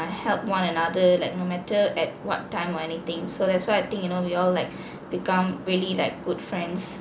help one another like no matter at what time or anything so that's why I think you know we all like become really like good friends